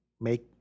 make